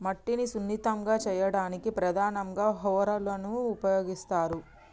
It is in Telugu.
మట్టిని సున్నితంగా చేయడానికి ప్రధానంగా హారోలని ఉపయోగిస్తరు